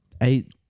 eight